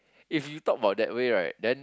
if you talk about that way right then